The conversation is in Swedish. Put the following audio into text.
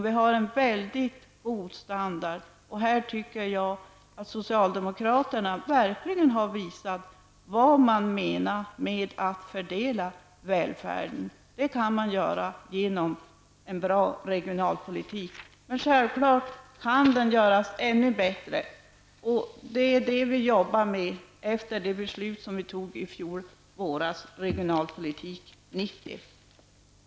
Vi har en väldigt god standard, och jag tycker att socialdemokraterna här verkligen har visat vad de menar med att fördela välfärden. Det kan man göra genom en bra regionalpolitik. Men självfallet kan regionalpolitiken bli ännu bättre, och det är det vi jobbar för efter det beslut vi fattade i fjol om regionalpolitik 90.